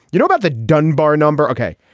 you know about the dunbar number. ok.